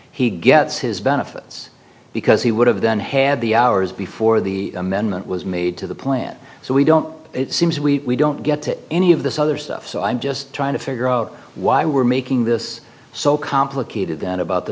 he gets his benefits because he would have done had the hours before the amendment was made to the plant so we don't it seems we don't get to any of this other stuff so i'm just trying to figure out why we're making this so complicated then about the